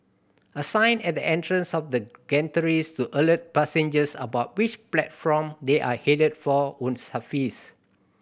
a sign at the entrance of the gantries to alert passengers about which platform they are headed for would suffice